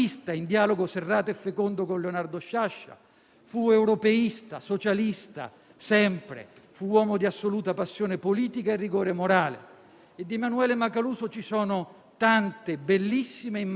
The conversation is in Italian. parteciperà ai funerali di Emanuele Macaluso che avranno luogo a Roma.